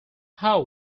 how